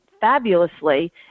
fabulously